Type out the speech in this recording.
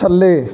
ਥੱਲੇ